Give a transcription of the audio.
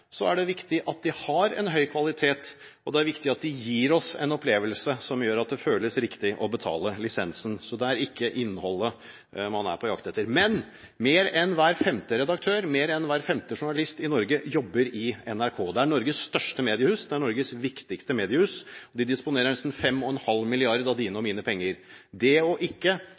er det viktig at NRK har høy kvalitet, og det er viktig at de gir oss en opplevelse som gjør at det føles riktig å betale lisensen. Så det er ikke innholdet man er på jakt etter. Men flere enn hver femte redaktør og flere enn hver femte journalist i Norge jobber i NRK. Det er Norges største mediehus. Det er Norges viktigste mediehus, og de disponerer nesten 5,5 mrd. kr av dine og mine penger. Det ikke å